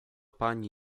pani